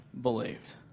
believed